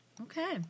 okay